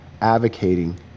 advocating